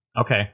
Okay